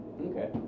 Okay